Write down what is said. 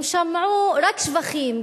הם שמעו רק שבחים,